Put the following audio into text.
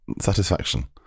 satisfaction